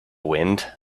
wind